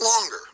longer